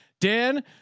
Dan